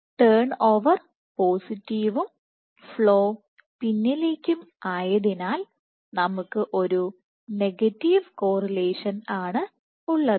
turn over പോസിറ്റീവും flow പിന്നിലേക്കും ആയതിനാൽ നമുക്ക് ഒരു നെഗറ്റീവ് കോറലേഷൻ ആണ് ഉള്ളത്